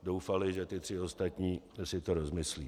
Doufali, že ti tři ostatní si to rozmyslí.